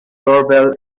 doorbell